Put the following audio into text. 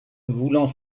voulant